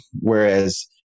whereas